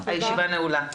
הישיבה נעולה.